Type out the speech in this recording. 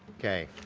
okay.